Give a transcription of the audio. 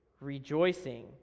rejoicing